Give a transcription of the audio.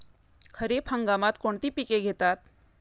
खरीप हंगामात कोणती पिके घेतात?